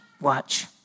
Watch